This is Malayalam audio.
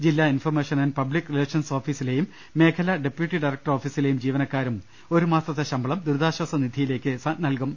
ജില്ലാ ഇൻഫർമേഷൻ ആന്റ് പബ്ലിക് റിലേഷൻസ് ഓഫീസിലെയും മേഖ ലാ ഡെപ്യൂട്ടി ഡയറക്ടർ ഓഫീസിലെയും ജീവനക്കാരും ഒരു മാ സത്തെ ശമ്പളം ദുരിതാശാസ നിധിയിലേക്ക് നൽകും